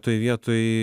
toj vietoj